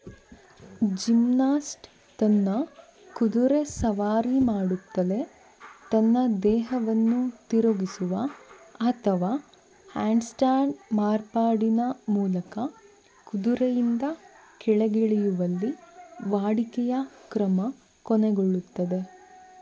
gymnast ತನ್ನ ಕುದುರೆ ಸವಾರಿ ಮಾಡುತ್ತಲೇ ತನ್ನ ದೇಹವನ್ನು ತಿರುಗಿಸುವ ಅಥವಾ ಹ್ಯಾಂಡ್ ಸ್ಟ್ಯಾಂಡ್ ಮಾರ್ಪಾಟಿನ ಮೂಲಕ ಕುದುರೆಯಿಂದ ಕೆಳಗಿಳಿಯುವಲ್ಲಿ ವಾಡಿಕೆಯ ಕ್ರಮ ಕೊನೆಗೊಳ್ಳುತ್ತದೆ